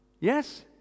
Yes